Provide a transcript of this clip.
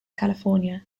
california